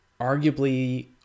arguably